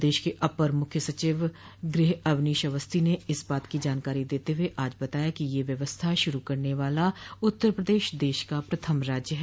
प्रदेश के अपर मुख्य सचिव गृह अवनीश अवस्थी ने इस बात की जानकारी देते हुए आज बताया कि यह व्यवस्था शुरू करने वाला उत्तर प्रदेश देश का प्रथम राज्य है